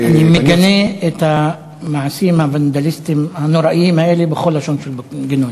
אני מגנה את המעשים הוונדליסטיים הנוראים האלה בכל לשון של גינוי.